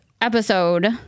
episode